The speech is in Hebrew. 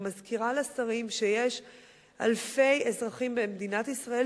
אני מזכירה לשרים שיש אלפי אזרחים במדינת ישראל